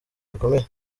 bikomeye